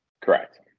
Correct